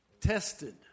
tested